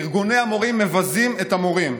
ארגוני המורים מבזים את המורים.